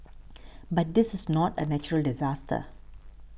but this is not a natural disaster